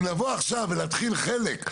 אם לבוא עכשיו ולהתחיל חלק,